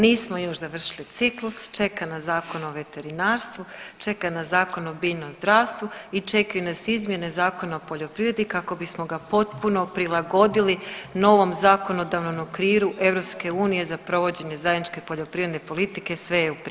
Nismo još završili ciklus, čeka nas Zakon o veterinarstvu, čeka nas Zakon o biljnom zdravstvu i čekaju nas izmjene Zakona o poljoprivredi kako bismo ga potpuno prilagodili novom zakonodavnom okviru EU za provođenje zajedničke poljoprivredne politike i sve je u pripremi.